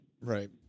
Right